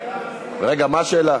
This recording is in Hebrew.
רגע, מה השאלה?